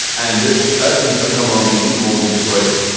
and the urchins just come along and eat them all and destroy them,